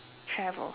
travel